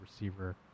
receiver